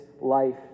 life